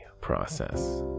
process